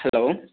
hello